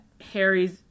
Harry's